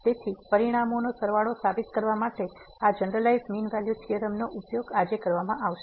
તેથી પરિણામોનો સરવાળો સાબિત કરવા માટે આ જનરલાઈઝ મીન વેલ્યુ થીયોરમ નો ઉપયોગ આજે કરવામાં આવશે